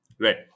Right